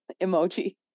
Emoji